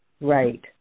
Right